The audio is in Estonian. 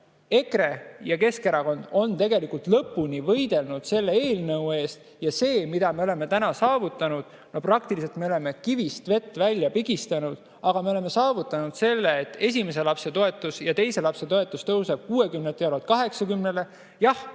samuti Keskerakond on lõpuni võidelnud selle eelnõu eest. See, mida me oleme täna saavutanud – no praktiliselt oleme kivist vett välja pigistanud, aga me oleme saavutanud selle, et esimese lapse toetus ja teise lapse toetus tõuseb 60 eurolt 80